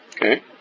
Okay